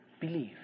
believe